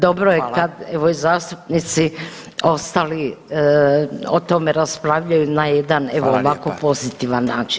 Dobro je kad evo i zastupnici ostali o tome raspravljaju na jedan evo ovako pozitivan način.